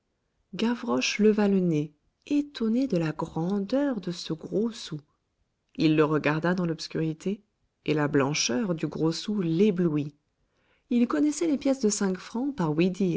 gavroche leva le nez étonné de la grandeur de ce gros sou il le regarda dans l'obscurité et la blancheur du gros sou l'éblouit il connaissait les pièces de cinq francs par